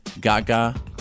Gaga